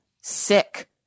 sick